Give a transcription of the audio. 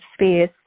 space